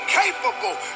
capable